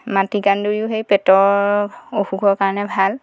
মাটিকাঁদুৰিও সেই পেটৰ অসুখৰ কাৰণে ভাল